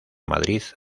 madrid